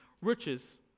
riches